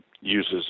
uses